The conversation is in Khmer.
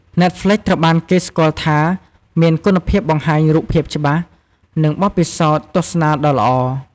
ណែតហ្ល្វិច ត្រូវបានគេស្គាល់ថាមានគុណភាពបង្ហាញរូបភាពច្បាស់ និងបទពិសោធន៍ទស្សនាដ៏ល្អ។